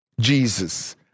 Jesus